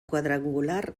quadrangular